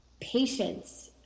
patience